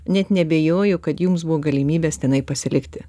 net neabejoju kad jums buvo galimybės tenai pasilikti